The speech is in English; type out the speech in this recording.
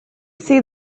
see